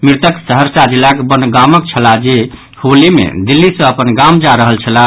मृतक सहरसा जिलाक बनगांवक छलाह जे होली मे दिल्ली सँ अपन गाम जा रहल छलाह